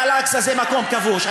אל-אקצא זה מקום כבוש.